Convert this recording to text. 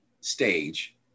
stage